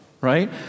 Right